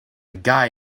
guy